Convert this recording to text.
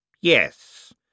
Yes